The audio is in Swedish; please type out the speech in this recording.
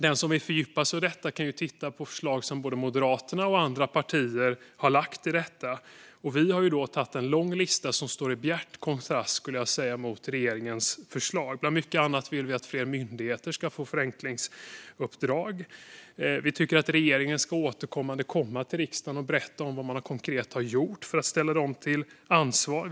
Den som vill fördjupa sig i detta kan titta på förslag som både Moderaterna och andra partier har lagt fram. Vi har en lång lista som står i bjärt konstrast till regeringens förslag. Bland mycket annat vill vi att fler myndigheter ska få förenklingsuppdrag. Vi tycker att regeringen återkommande ska komma till riksdagen och berätta om vad man konkret har gjort för att ställa dem till ansvar.